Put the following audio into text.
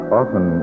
often